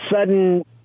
sudden